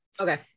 Okay